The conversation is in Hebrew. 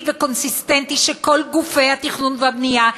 וקונסיסטנטי של גופי התכנון והבנייה,